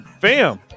fam